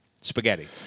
Spaghetti